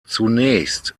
zunächst